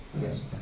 Yes